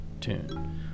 tune